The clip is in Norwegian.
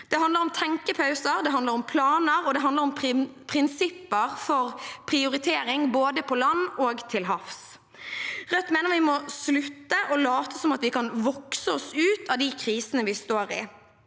det handler om planer, og det handler om prinsipper for prioritering både på land og til havs. Rødt mener at vi må slutte å late som at vi kan vokse oss ut av de krisene vi står i.